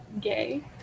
gay